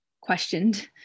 questioned